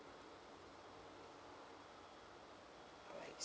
alright